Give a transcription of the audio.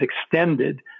extended